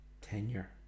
tenure